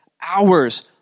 hours